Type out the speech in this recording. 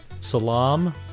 salam